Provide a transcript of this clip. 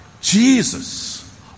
Jesus